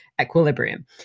equilibrium